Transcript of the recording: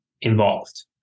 involved